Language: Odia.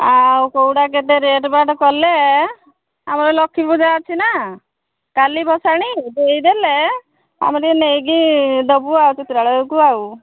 ଆଉ କୋଉଟା କେତେ ରେଟ୍ ବାଟ୍ କଲେ ଆମର ଲକ୍ଷ୍ନୀ ପୂଜା ଅଛି ନା କାଲି ଭସାଣି ଦେଇ ଦେଲେ ଆମେ ଟିକେ ନେଇକି ଦେବୁ ଆଉ ଚିତ୍ରାଳୟକୁ